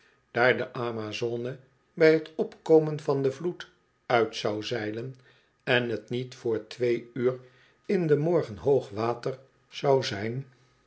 daar de amazone bij t opkomen van den vloed uit zou zeilen en t niet vr twee uur in den morgen hoog water zou zijn